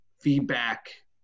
feedback